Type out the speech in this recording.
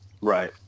right